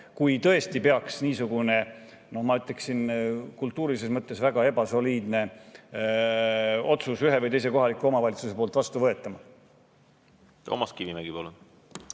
kui tõesti peaks niisugune, no ma ütleksin, kultuurilises mõttes väga ebasoliidne otsus ühes või teises kohalikus omavalitsuses vastu võetama.